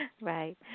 Right